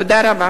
תודה רבה.